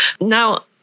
Now